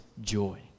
joy